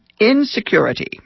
Insecurity